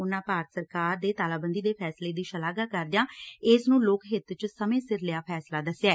ਉਨੂਾਂ ਭਾਰਤ ਸਰਕਾਰ ਦੇ ਤਾਲਾਬੰਦੀ ਦੇ ਫੈਸਲੇ ਦੀ ਸ਼ਲਾਘਾ ਕਰਦਿਆਂ ਇਸ ਨੂੰ ਲੋਕ ਹਿੱਤ ਚ ਸਮੇ ਸਿਰ ਲਿਆ ਫੈਸਲਾ ਦਸਿਐ